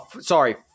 Sorry